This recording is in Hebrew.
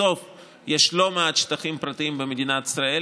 בסוף יש לא מעט שטחים פרטיים במדינת ישראל,